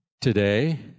Today